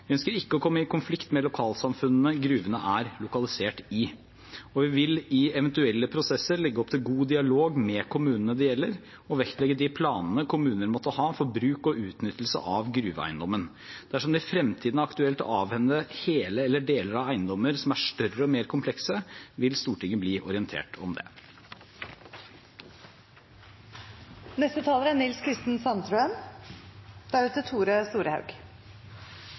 Vi ønsker ikke å komme i konflikt med lokalsamfunnene gruvene er lokalisert i, og vi vil i eventuelle prosesser legge opp til en god dialog med kommunene det gjelder, og vektlegge de planene kommunen måtte ha for bruk og utnyttelse av gruveeiendommen. Dersom det i fremtiden er aktuelt å avhende hele eller deler av eiendommer som er større og mer komplekse, vil Stortinget bli orientert om